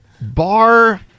bar